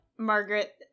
Margaret